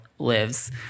lives